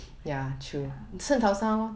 ya true